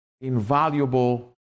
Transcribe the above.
Invaluable